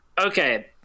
Okay